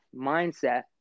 mindset